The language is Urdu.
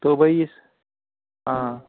تو بھائی ہاں